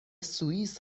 سوئیس